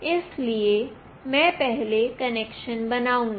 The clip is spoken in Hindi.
इसलिए मैं पहले कनेक्शन बनाऊंगी